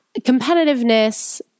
competitiveness